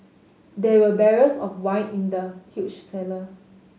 there were barrels of wine in the huge cellar